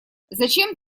зачем